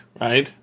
Right